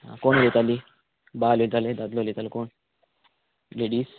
आं कोण उलयताली बाल लयताली दादलो उलयताली कोण लेडीस